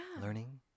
learning